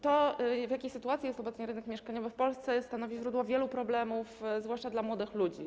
To, w jakiej sytuacji jest obecnie rynek mieszkaniowy w Polsce, stanowi źródło wielu problemów, zwłaszcza dla młodych ludzi.